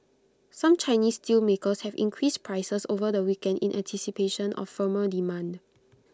some Chinese steelmakers have increased prices over the weekend in anticipation of firmer demand